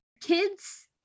kids